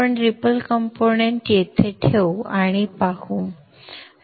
तर आपण ripple component येथे ठेवू आणि पाहू